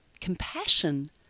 compassion